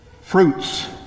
fruits